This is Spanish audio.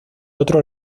otro